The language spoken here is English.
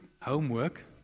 homework